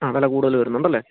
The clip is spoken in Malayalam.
ആ വില കൂടുതൽ വരുന്നുണ്ടല്ലേ